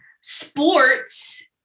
sports